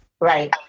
Right